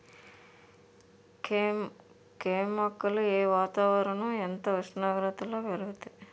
కెమ్ మొక్కలు ఏ వాతావరణం ఎంత ఉష్ణోగ్రతలో పెరుగుతాయి?